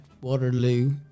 Waterloo